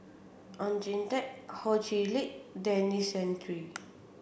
Oon Jin Teik Ho Chee Lick Denis Santry